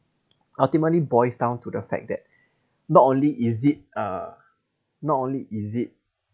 ultimately boils down to the fact that not only is it uh not only is it